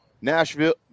Nashville